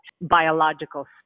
biological